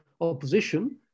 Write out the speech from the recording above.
opposition